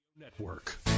network